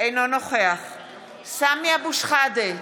אינו נוכח סמי אבו שחאדה,